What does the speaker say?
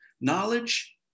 Knowledge